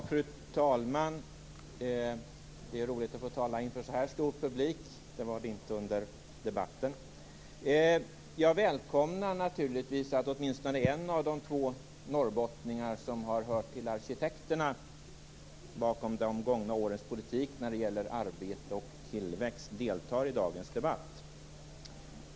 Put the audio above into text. Fru talman! Det är roligt att få tala inför en så här stor publik. Det var det inte under debatten. Jag välkomnar naturligtvis att åtminstone en av de två norrbottningar som har hört till arkitekterna bakom de gångna årens politik när det gäller arbete och tillväxt deltar i dagens debatt.